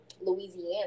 Louisiana